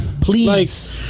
please